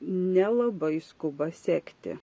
nelabai skuba sekti